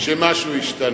שמשהו השתנה.